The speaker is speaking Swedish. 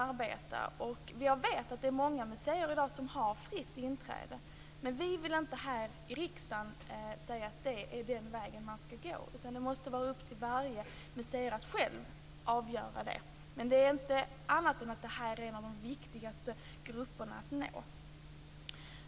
Jag vet att det är många museer i dag som har fritt inträde, men vi vill inte här i riksdagen säga att det är den väg man ska gå. Det måste vara upp till varje museum att själv avgöra det, men jag säger inget annat än att denna grupp är en av de viktigaste att nå.